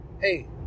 hey